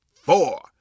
four